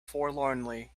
forlornly